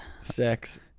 sex